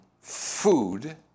food